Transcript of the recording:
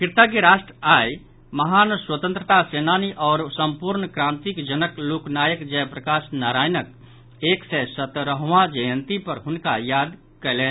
कृतज्ञ राष्ट्र आइ महान स्वतंत्रता सेनानी आओर सम्पूर्ण क्रांतिक जनक लोकनायक जयप्रकाश नारायणक एक सय सतहरवाँ जयंती पर हुनका याद कयलनि